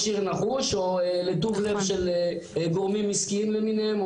עיר נחוש או לטוב לך של גורמים עסקיים למיניהם,